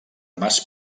mas